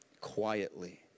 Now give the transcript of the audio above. quietly